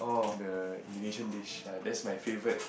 the Indonesian dish ya that's my favourite